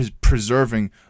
preserving